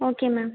okay ma'am